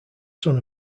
son